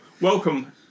welcome